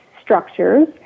structures